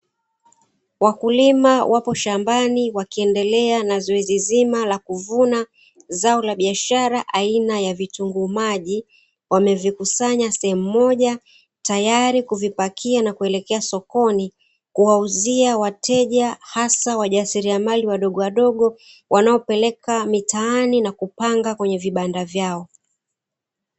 Wakulima wapo shambani wakiendelea na zoezi zima la kuvuna zao la biashara aina ya vitunguu maji, wakivikusanya sehemu moja tayari kuvipakia na kuelekea sokoni kuwauzia wateja hasa wajasiriamali wadogowadogo wanaopeleka mitaani na kupanga kwenye vibanda vyao.